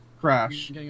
crash